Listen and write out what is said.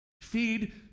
feed